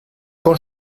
con